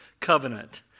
covenant